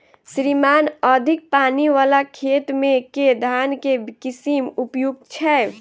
श्रीमान अधिक पानि वला खेत मे केँ धान केँ किसिम उपयुक्त छैय?